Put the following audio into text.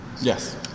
Yes